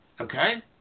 Okay